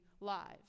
lives